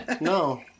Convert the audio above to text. No